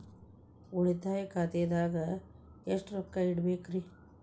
ಉಳಿತಾಯ ಖಾತೆದಾಗ ಎಷ್ಟ ರೊಕ್ಕ ಇಡಬೇಕ್ರಿ?